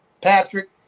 patrick